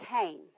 came